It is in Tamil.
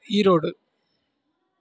ஈரோடு